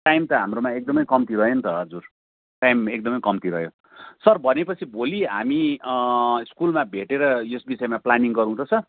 time त हाम्रोमा एकदमै कम्ती रह्यो नि त हजुर टाइम एकदमै कम्ती रह्यो सर भनेपछि भोलि हामी स्कुलमा भेटेर यस विषयमा प्लानिङ गरौँ ल सर